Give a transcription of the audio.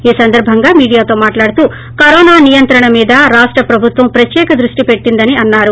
ఈ సందర్భంగా మీడియాతో మాట్లాడుతూ కరోనా నియంత్రణ మీద రాష్ట ప్రభుత్వం ప్రత్యేక దృష్టి పెట్టిందని అన్నారు